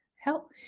help